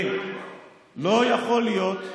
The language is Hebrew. לא יכול להיות,